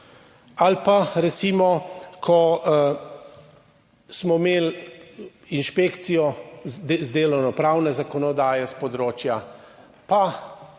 Ali pa recimo, ko smo imeli inšpekcijo z delovnopravne zakonodaje s področja, pa